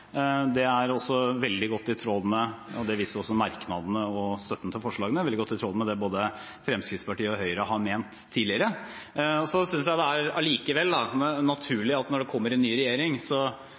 Det er også veldig godt i tråd med – det viser også merknadene og støtten til forslagene – det både Fremskrittspartiet og Høyre har ment tidligere. Så synes jeg det allikevel er naturlig at når det kommer en ny regjering, er det viktig også å vise at vi er opptatt av å gjennomføre politikk. Og så